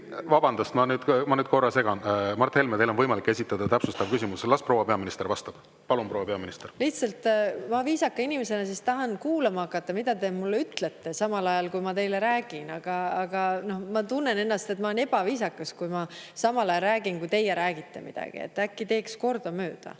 peaminister! Vabandust! Ma nüüd korra segan. Mart Helme, teil on võimalik esitada täpsustav küsimus. Las proua peaminister vastab. Palun, proua peaminister! Lihtsalt ma viisaka inimesena tahan kuulata, mida te mulle ütlete, samal ajal kui ma räägin. Aga ma tunnen, et ma olen ebaviisakas, kui ma samal ajal räägin, kui teie räägite midagi. Äkki teeks kordamööda,